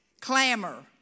Clamor